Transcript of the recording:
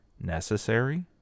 necessary